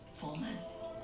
fullness